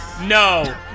No